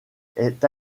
est